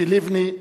ציפי לבני,